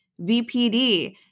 VPD